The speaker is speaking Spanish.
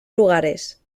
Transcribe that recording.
lugares